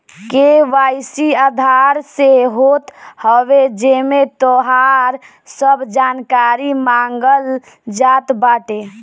KYC Aadhaar से होत हवे जेमे तोहार सब जानकारी मांगल जात बाटे